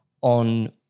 on